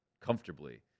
comfortably